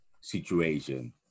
situation